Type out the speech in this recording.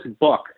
book